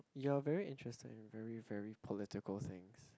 you're very interesting very very political things